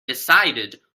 decided